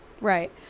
Right